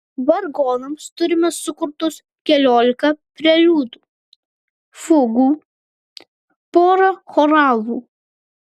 vargonams turime sukurtus keliolika preliudų fugų porą choralų